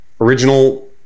original